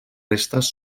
restes